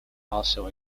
also